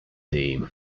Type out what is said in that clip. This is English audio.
team